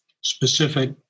specific